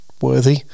worthy